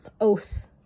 oath